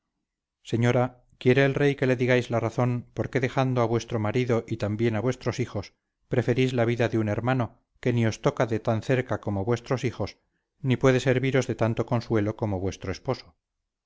señora quiere el rey que le digáis la razón por qué dejando a vuestro marido y también a vuestros hijos preferís la vida de un hermano que ni os toca de tan cerca como vuestros hijos ni puede serviros de tanto consuelo como vuestro esposo